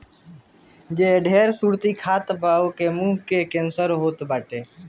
जे ढेर सुरती खात बा ओके के मुंहे के कैंसर होत बाटे